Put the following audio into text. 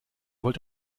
wollt